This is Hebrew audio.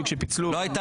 לא צריך